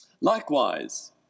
Likewise